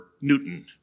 Newton